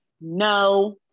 no